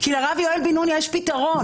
כי לרב יואל בן-נון יש פתרון,